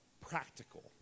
practical